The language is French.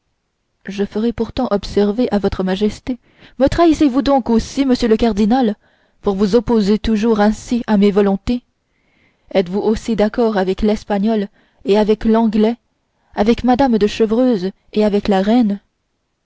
je ferai pourtant observer à votre majesté me trahissez vous donc aussi monsieur le cardinal pour vous opposer toujours ainsi à mes volontés êtes-vous aussi d'accord avec l'espagnol et avec l'anglais avec mme de chevreuse et avec la reine